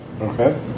Okay